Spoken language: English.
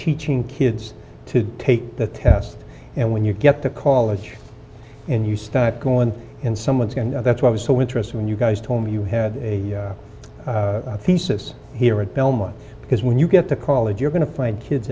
teaching kids to take the test and when you get the college and you start going in someone's going that's why i was so interested when you guys told me you had a thesis here at belmont because when you get to college you're going to find kids